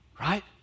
Right